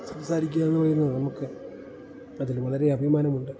സംസാരിക്കുക എന്ന് പറയുന്നത് നമുക്ക് അതില് വളരെ അഭിമാനമുണ്ട്